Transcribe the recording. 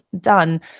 done